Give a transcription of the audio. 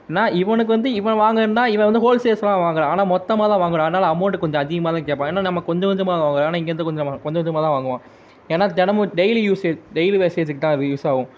என்ன இவனுக்கு வந்து இவன் வாங்கின்னா இவன் வந்து ஹோல்சேல்ஸில் தான் வாங்குறான் ஆனால் மொத்தமாக தான் வாங்குறான் அதனாலே அமௌண்ட்டு கொஞ்சம் அதிகமா தான் கேட்பான் ஏனால் நம்ம கொஞ்சம் கொஞ்சமாக தான் வாங்குறோம் ஏனால் இங்கேருந்து கொஞ்சமாக கொஞ்சம் கொஞ்சமாக தான் வாங்குவான் ஏனால் தினமும் டெய்லி யூஸேஜ் டெய்லி வேஸ்ட்டேஜுக்கு தான் அது யூஸ் ஆவும்